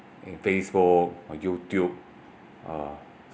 in facebook or youtube uh